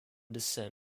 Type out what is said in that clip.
descent